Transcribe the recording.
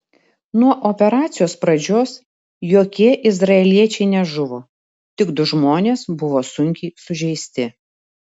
nuo operacijos pradžios jokie izraeliečiai nežuvo tik du žmonės buvo sunkiai sužeisti